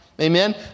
Amen